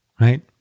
right